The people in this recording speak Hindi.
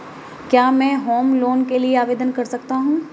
क्या मैं होम लोंन के लिए आवेदन कर सकता हूं?